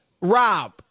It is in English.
Rob